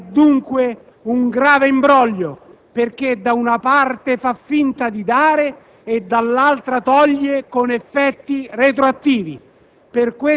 è dunque un grave imbroglio, perché, da una parte, fa finta di dare e, dall'altra, toglie con effetti retroattivi.